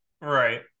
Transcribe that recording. right